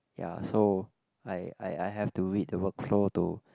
ya so I I I have to read the workflow to